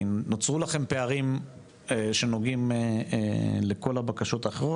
כי נוצרו לכם פערים שנוגעים לכל הבקשות האחרות,